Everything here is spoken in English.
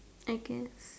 I guess